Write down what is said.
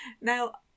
Now